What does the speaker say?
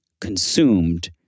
consumed